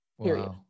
period